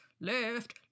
left